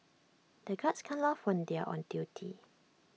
the guards can't laugh when they are on duty